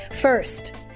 First